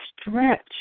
stretch